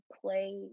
play